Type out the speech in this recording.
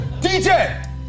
DJ